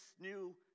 new